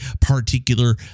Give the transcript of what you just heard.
particular